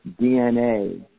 DNA